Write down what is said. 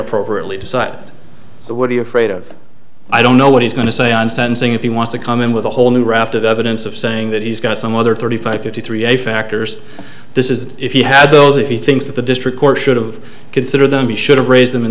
appropriately decide the what are you afraid of i don't know what he's going to say on sentencing if you want to come in with a whole new raft of evidence of saying that he's got some other thirty five fifty three a factors this is if he had those if he thinks that the district court should have considered them he should have raised them in